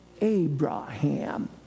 Abraham